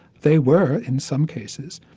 they were, in some cases,